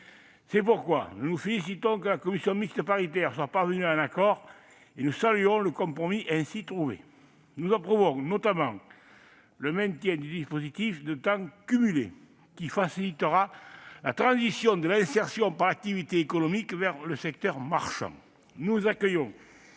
C'est pourquoi nous nous félicitons de ce que la commission mixte paritaire soit parvenue à un accord et nous saluons le compromis ainsi trouvé. Nous approuvons notamment le maintien du dispositif de « temps cumulé », qui facilitera la transition de l'insertion par l'activité économique vers le secteur marchand. Nous accueillons